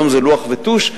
היום זה לוח וטוש.